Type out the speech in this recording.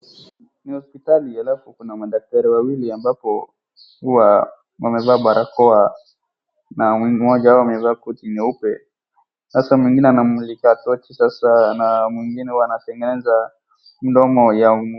Ni hospitali alafu kuna madaktari wawili ambapo huwa wamevaa barakoa na mmoja wao ameva koti nyeupe sasa mwingine anamulikaa torchi sasa mwingine anatengeneza mdomo ya .